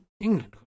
England